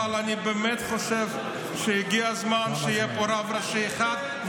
אבל אני באמת חושב שהגיע הזמן שיהיה פה רב ראשי אחד,